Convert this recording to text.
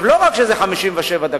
לא רק שזה 57 דקות,